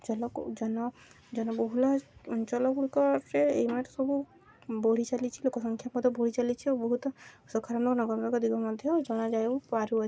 ଜଳକୁ ଜନ ଜନ ବହୁଳ ଅଞ୍ଚଳ ଗୁଡ଼ିକରେ ଏଇନା ସବୁ ବଢ଼ି ଚାଲିଛି ଲୋକ ସଂଖ୍ୟା ମଧ୍ୟ ବଢ଼ି ଚାଲିଛି ଓ ବହୁତ ସକାରାତ୍ମକ ଦିଗ ମଧ୍ୟ ଜଣାଯାଇ ପାରୁଅଛି